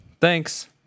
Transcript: Thanks